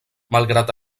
malgrat